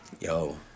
Yo